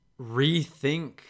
rethink